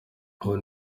ubwo